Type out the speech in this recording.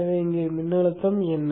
எனவே இங்கே மின்னழுத்தம் என்ன